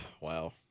Wow